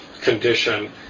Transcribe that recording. condition